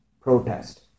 protest